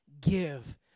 give